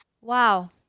Wow